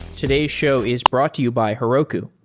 today's show is brought to you by heroku,